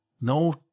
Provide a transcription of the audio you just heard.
no